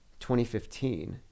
2015